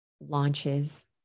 launches